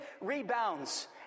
rebounds